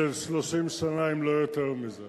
של 30 שנה, אם לא יותר מזה.